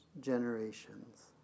generations